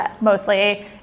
mostly